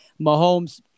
Mahomes